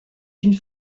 une